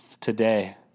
today